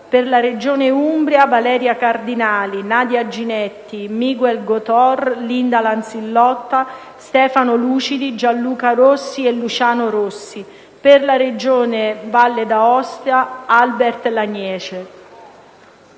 per la Regione Umbria: Valeria Cardinali, Nadia Ginetti, Miguel Gotor, Linda Lanzillotta, Stefano Lucidi, Gianluca Rossi e Luciano Rossi; per la Regione Valle d'Aosta: Albert Lanièce.